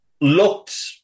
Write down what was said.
looked